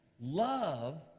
love